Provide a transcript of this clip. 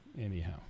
anyhow